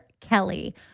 Kelly